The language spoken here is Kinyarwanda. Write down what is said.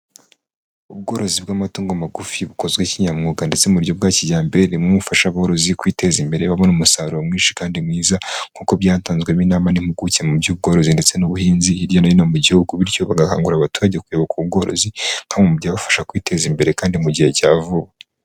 Ubworozi bw'amatungo magufi bukozwe kinyamwuga ndetse buryo bwa kijyambere ni bumwe bufasha aborozi kwiteza imbere babona umusaruro mwinshi kandi mwiza, nk'uko byatanzwemo inama n'impuguke mu by'ubworozi ndetse n'ubuhinzi hirya no hino mu gihugu bityo bagakangurira abaturage kuyoboka ubu bworozi, nka bumwe mu byabafasha kwiteza imbere kandi mu gihe cya vuba.